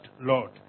Lord